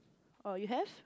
oh you have